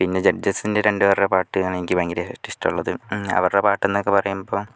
പിന്നെ ജഡ്ജസിന്റെ രണ്ടുപേരുടെയും പാട്ടാണ് എനിക്ക് ഭയങ്കര ഇഷ്ടമുള്ളത് അവരുടെ പാട്ടൊന്നൊക്കെ പറയുമ്പം